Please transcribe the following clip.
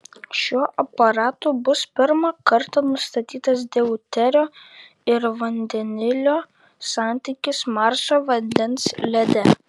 šiuo aparatu bus pirmą kartą nustatytas deuterio ir vandenilio santykis marso vandens lede